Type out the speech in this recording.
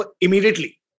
immediately